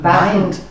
mind